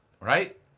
Right